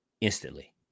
instantly